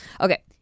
Okay